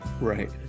Right